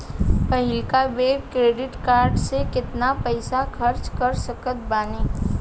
पहिलका बेर credit card से केतना पईसा खर्चा कर सकत बानी?